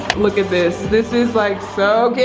look at this. this is like so cute.